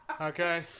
Okay